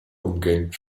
umgehend